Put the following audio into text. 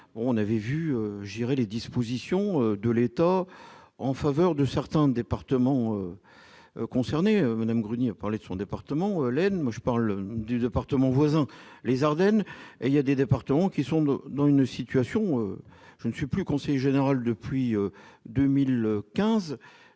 on avait vu gérer les dispositions de l'État en faveur de certains départements concernés Madame Bruni a parlé de son département, moi je parle du département voisin, les Ardennes et il y a des départements qui sont dans une situation, je ne suis plus conseil général depuis 2015